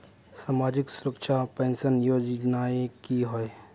सामाजिक सुरक्षा पेंशन योजनाएँ की होय?